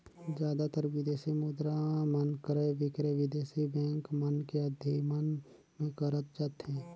जादातर बिदेसी मुद्रा मन क्रय बिक्रय बिदेसी बेंक मन के अधिमन ले करत जाथे